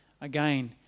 Again